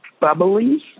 bubbly